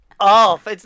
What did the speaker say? off